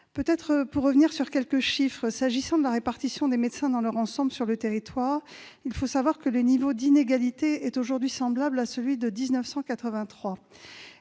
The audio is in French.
ensuite revenir sur quelques chiffres. S'agissant de la répartition des médecins dans leur ensemble sur le territoire, le niveau des inégalités est aujourd'hui semblable à celui de 1983.